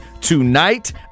tonight